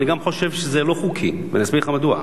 אני גם חושב שזה לא חוקי, ואני אסביר לך מדוע.